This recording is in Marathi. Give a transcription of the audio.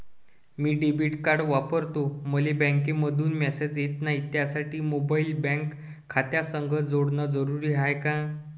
मी डेबिट कार्ड वापरतो मले बँकेतून मॅसेज येत नाही, त्यासाठी मोबाईल बँक खात्यासंग जोडनं जरुरी हाय का?